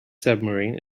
submarine